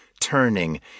turning